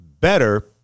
better